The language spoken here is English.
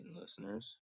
listeners